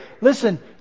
listen